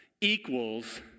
equals